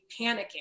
panicking